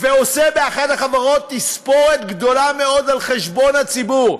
ועושה באחת החברות תספורת גדולה מאוד על חשבון הציבור,